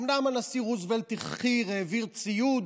אומנם הנשיא רוזוולט החכיר, העביר ציוד